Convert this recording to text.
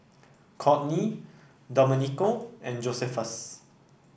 Kortney Domenico and Josephus